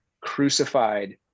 crucified